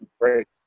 great